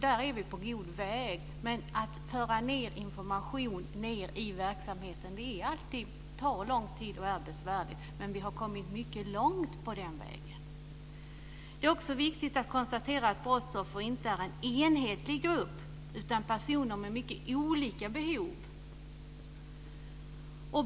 Där är vi på god väg, men det tar alltid lång tid att föra ned information i verksamheten, och det är besvärligt. Men vi har kommit mycket långt på den vägen. Det är också viktigt att konstatera att brottsoffer inte är en enhetlig grupp utan personer med mycket olika behov.